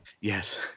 Yes